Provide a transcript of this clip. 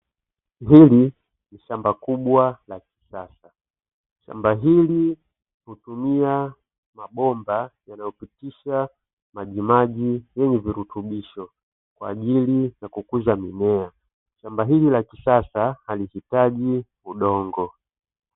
Hili ni shamba kubwa la kisasa, shamba hili hutumia mabomba yanayopitisha majimaji yenye virutubisho kwa ajili ya kukuza mimea. Shamba hili la kisasa halihitaji udongo.